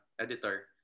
editor